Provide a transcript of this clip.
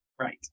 right